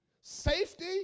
safety